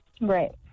Right